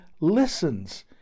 listens